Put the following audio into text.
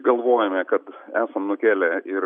galvojame kad esam nukėlę ir